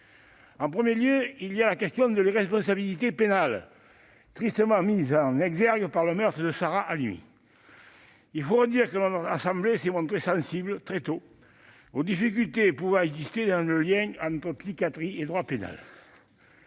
En premier lieu, il y a la question de l'irresponsabilité pénale, tristement mise en exergue par le meurtre de Sarah Halimi. Il faut redire que notre assemblée s'était montrée sensible très tôt aux difficultés pouvant exister dans le lien entre psychiatrie et droit pénal.